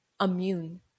immune